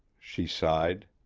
she sighed.